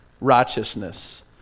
righteousness